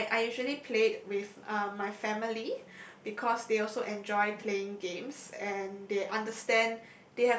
oh I I usually played with uh my family because they also enjoyed playing games and they understand